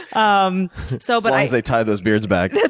um so but as they tie those beards back. that's